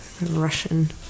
Russian